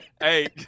Hey